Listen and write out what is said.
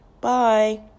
Bye